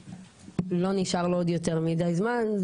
לא נשאר לו עוד יותר מדיי זמן.